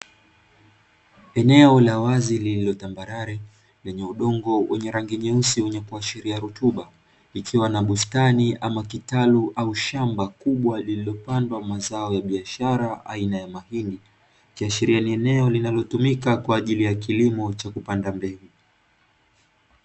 Eneo la wazi lililo tambalale lenye udongo wenye rangi nyeusi, wenye kuashilia rutuba likiwa na bustani ama kitalu au shamba kubwa lililo pandwa mazao ya biashara aina ya mahindi ikashilia ni eneo linalo tumika kwa ajili ya kilimo cha kupanda mbegu.